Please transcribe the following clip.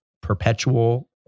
perpetual